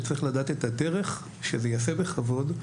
וצריך לדעת את הדרך שזה ייעשה בכבוד,